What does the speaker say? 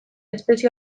espezie